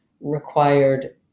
required